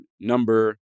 number